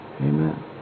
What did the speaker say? Amen